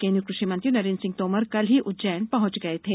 केंद्रीय कृषि मंत्री नरेद्र सिंह तोमर कल ही उज्जैन पहंच गए थे